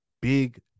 big